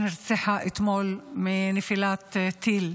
שנרצחה אתמול מנפילת טיל.